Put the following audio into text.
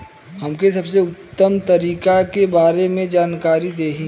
हम सबके उत्तम तरीका के बारे में जानकारी देही?